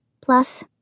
Plus